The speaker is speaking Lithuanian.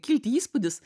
kilti įspūdis